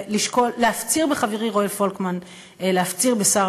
להפציר בחברי רועי פולקמן להפציר בשר